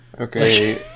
Okay